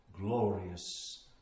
glorious